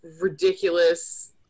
ridiculous